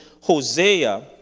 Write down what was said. Hosea